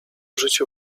życiu